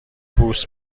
بوس